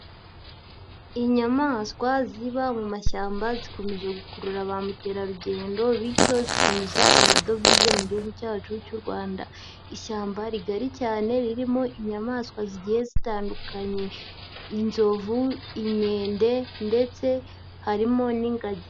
Inyamaswa ziba mu mashyamba zikomeje gukurura ba mukerarugendo bityo zikinjiza amadovize mu gihugu cyacu cy'u Rwanda, ishyamba rigari cyane ririmo inyamaswa zigiye zitandukanye inzovu, inkende ndetse harimo n'ingagi.